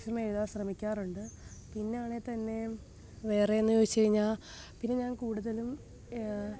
maximum എഴുതാന് ശ്രമിക്കാറുണ്ട് പിന്നെ ആണേൽ തന്നെയും വേറെ എന്ന് ചോദിച്ച് കഴിഞ്ഞാൽ പിന്നെ ഞാന് കൂടുതലും